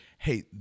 hey